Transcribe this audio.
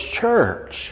church